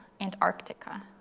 Antarctica